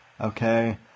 Okay